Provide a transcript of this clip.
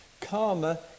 Karma